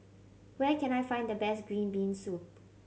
where can I find the best green bean soup